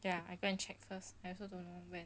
ya I go and check first I also don't know when